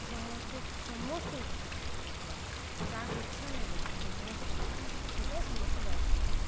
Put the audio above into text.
ସମସ୍ତେ ସମସ୍ତଙ୍କୁ ଇଚ୍ଛା ଡ୍ୟାନ୍ସ କରବା ତାହାକୁ ଇଚ୍ଛା ନାଇଁ ବଲେ ସମସ୍ତଙ୍କୁ ଇଚ୍ଛା ସେଥିପାଇଁ ସମସ୍ତେ ଡ୍ୟାନ୍ସ କରନ୍ତି